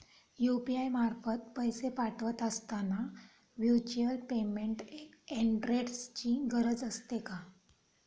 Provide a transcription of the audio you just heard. UPI मार्फत पैसे पाठवत असताना व्हर्च्युअल पेमेंट ऍड्रेसची गरज असते का?